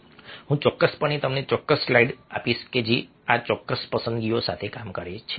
હું ચોક્કસપણે તમને ચોક્કસ સ્લાઇડ્સ આપીશ જે આ ચોક્કસ પસંદગીઓ સાથે કામ કરે છે